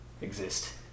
exist